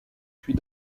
puis